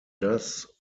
das